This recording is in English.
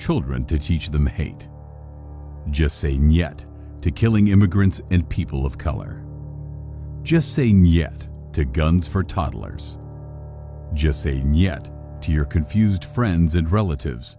children to teach them hate just say nyet to killing immigrants and people of color just say nyet to guns for toddlers just say nyet to your confused friends and relatives